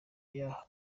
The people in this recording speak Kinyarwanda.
y’aho